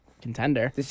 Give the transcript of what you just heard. contender